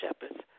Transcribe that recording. shepherds